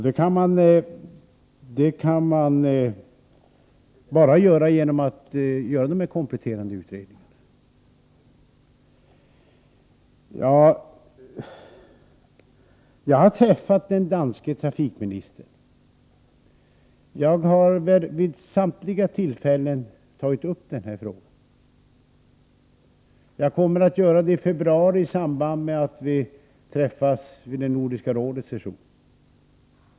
En sådan undersökning kräver de kompletterande utredningar som jag har begärt. Jag har träffat den danske trafikministern, jag har vid samtliga tillfällen tagit upp denna fråga, och jag kommer att göra det i februari i samband med att vi träffas vid Nordiska rådets session.